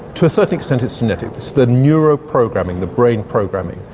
to a certain extent it's genetic. it's the neuro-programming, the brain programming.